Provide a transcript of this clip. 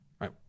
right